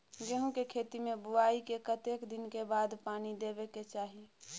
गेहूँ के खेती मे बुआई के कतेक दिन के बाद पानी देबै के चाही?